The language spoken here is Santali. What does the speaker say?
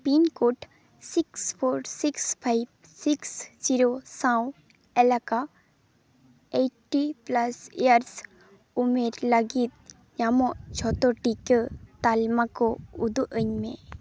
pincode six four six five six zero ᱥᱟᱶ ᱮᱞᱟᱠᱟ ᱮᱭᱤᱴᱴᱤ ᱯᱞᱟᱥ ᱤᱭᱟᱨᱥ ᱩᱢᱮᱨ ᱞᱟᱹᱜᱤᱫ ᱧᱟᱢᱚᱜ ᱡᱷᱚᱛᱚ ᱴᱤᱠᱟᱹ ᱛᱟᱞᱢᱟᱠᱚ ᱩᱫᱩᱜ ᱟᱹᱧᱢᱮ